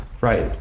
Right